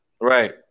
right